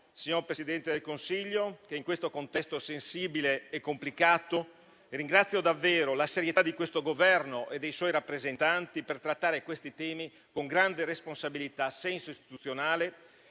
signor Presidente del Consiglio, in un contesto tanto sensibile e complicato ringrazio davvero la serietà di questo Governo e dei suoi rappresentanti nel trattare tali temi con grande responsabilità e senso istituzionale